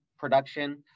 Production